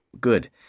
good